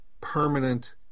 permanent